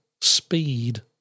speed